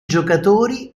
giocatori